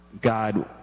God